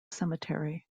cemetery